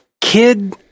kid